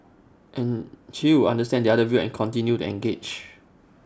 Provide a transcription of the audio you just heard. and she would understand the other view and continue to engage